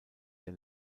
der